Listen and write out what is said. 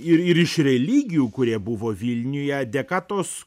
ir ir iš religijų kurie buvo vilniuje dėka tos